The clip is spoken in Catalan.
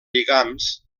lligams